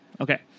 Okay